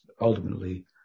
Ultimately